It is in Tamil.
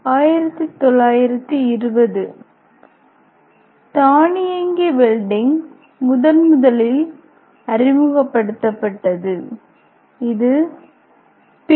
1920 தானியங்கி வெல்டிங் முதன்முதலில் அறிமுகப்படுத்தப்பட்டது இது பி